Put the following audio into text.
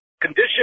condition